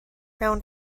mewn